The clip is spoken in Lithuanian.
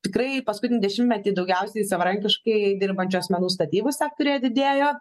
tikrai paskutinį dešimtmetį daugiausiai savarankiškai dirbančių asmenų statybų sektoriuje didėjo